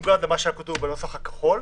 מנוגד למה שכתוב בנוסח הכחול.